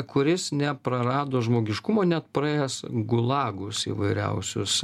kuris neprarado žmogiškumo net praėjęs gulagus įvairiausius